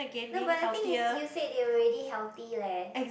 no but the thing is you said they were already healthy leh